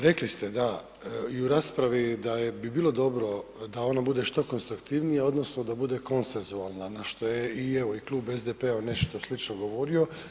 Rekli ste da i u raspravi da bi bilo dobro da ono bude što konstruktivnije, odnosno da bude konsensualno, na što je, i evo, i Klub SDP-a nešto slično govorio.